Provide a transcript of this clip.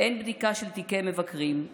אין בדיקה של תיקי מבקרים,